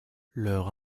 leur